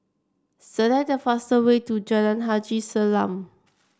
select the fastest way to Jalan Haji Salam